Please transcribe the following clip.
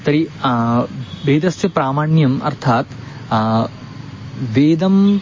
तर्हि वेदस्य प्रामाण्यम् अर्थात् वेदं